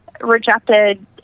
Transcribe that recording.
rejected